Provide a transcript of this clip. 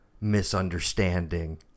misunderstanding